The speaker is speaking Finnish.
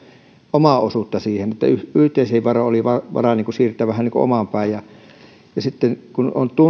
omaa osuutta siihen että yhteisin varoin oli varaa siirtää vähän niin kuin omaan päin sitten kun on